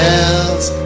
else